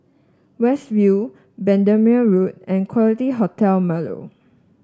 West View Bendemeer Road and Quality Hotel Marlow